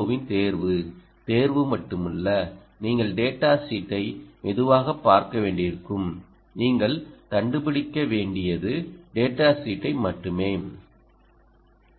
ஓவின் தேர்வு தேர்வு மட்டுமல்ல நீங்கள் டேடா ஷீட்டை மெதுவாகப் பார்க்க வேண்டியிருக்கும் நீங்கள் கண்டுபிடிக்க வேண்டியது டேடா ஷீட்டை மட்டுமே